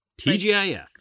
TGIF